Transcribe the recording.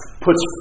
puts